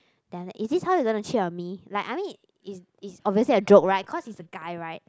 then like is this how you gonna cheat on me like I mean is is obviously a joke right cause he's a guy right